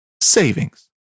savings